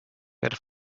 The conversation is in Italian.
per